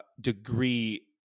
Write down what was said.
degree